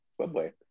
Subway